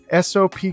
SOP